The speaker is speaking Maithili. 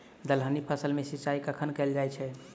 दलहनी फसल मे सिंचाई कखन कैल जाय छै?